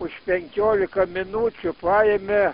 už penkiolika minučių paėmė